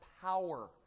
power